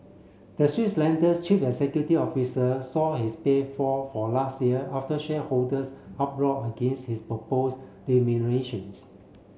the Swiss lender's chief executive officer saw his pay fall for last year after shareholders uproar against his proposed remuneration